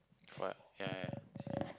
what ya ya ya